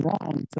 wrong